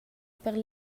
per